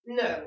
no